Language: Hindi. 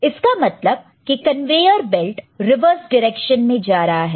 इसका मतलब की कन्वेयर बेल्ट रिवर्स डिरेक्शॅन में जा रहा है